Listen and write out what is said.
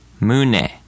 mune